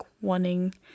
wanting